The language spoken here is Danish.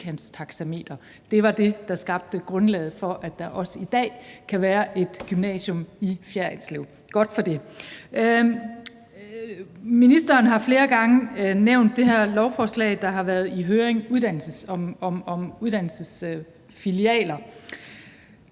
Det var det, der skabte grundlaget for, at der også i dag kan være et gymnasium i Fjerritslev. Godt for det. Ministeren har flere gange nævnt det her lovforslag om uddannelsesfilialer,